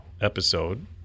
episode